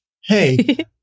Hey